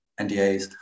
NDAs